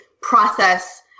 process